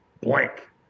blank